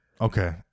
okay